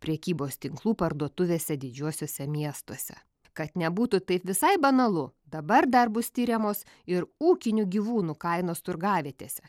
prekybos tinklų parduotuvėse didžiuosiuose miestuose kad nebūtų taip visai banalu dabar dar bus tiriamos ir ūkinių gyvūnų kainos turgavietėse